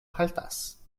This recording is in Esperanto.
haltas